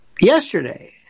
yesterday